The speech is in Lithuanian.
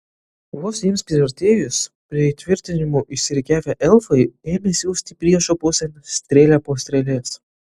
vos jiems priartėjus prie įtvirtinimų išsirikiavę elfai ėmė siųsti priešo pusėn strėlę po strėlės